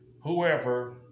whoever